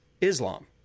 Islam